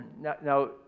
now